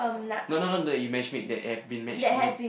no no not the you match make that have been match made